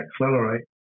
accelerate